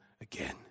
again